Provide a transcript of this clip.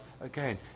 again